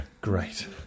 Great